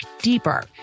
deeper